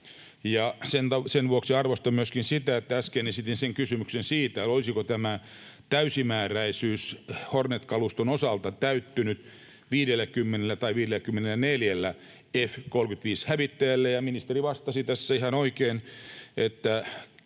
sen vuoksi arvostan myöskin sitä, että äsken esitin sen kysymyksen siitä, olisiko tämä täysimääräisyys Hornet-kaluston osalta täyttynyt 50 tai 54 F-35-hävittäjällä, ja ministeri vastasi tässä ihan oikein, että,